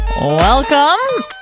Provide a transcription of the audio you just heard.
Welcome